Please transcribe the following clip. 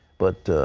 but,